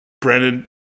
Brandon